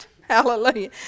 Hallelujah